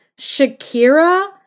Shakira